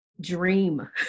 dream